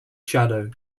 shadow